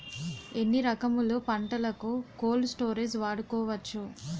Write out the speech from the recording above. ఎన్ని రకములు పంటలకు కోల్డ్ స్టోరేజ్ వాడుకోవచ్చు?